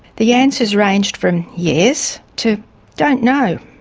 the answers ranged from yes to don't know.